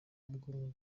mugomba